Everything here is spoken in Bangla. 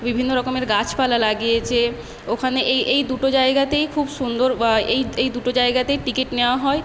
বিভিন্ন রকমের গাছপালা লাগিয়েছে ওখানে এই এই দুটো জায়গাতেই খুব সুন্দর বা এই এই দুটো জায়গাতেই টিকিট নেওয়া হয়